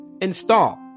install